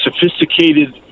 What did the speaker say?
sophisticated